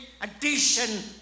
addition